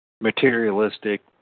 materialistic